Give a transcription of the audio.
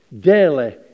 Daily